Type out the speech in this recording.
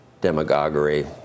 demagoguery